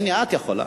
הנה, את יכולה.